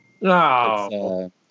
no